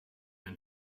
and